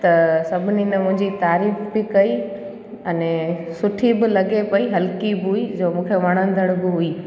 त सभिनीनि मुंहिंजी तारीफ़ बि कई अने सुठी बि लॻे पई हलकी बि हुई जो मूंखे वणंदड़ु बि हुई